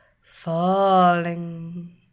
falling